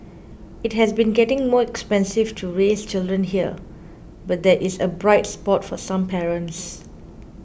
it has been getting more expensive to raise children here but there is a bright spot for some parents